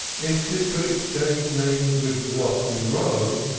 if it could exchange names with rotten row,